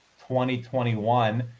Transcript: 2021